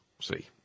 See